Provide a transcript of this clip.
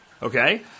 Okay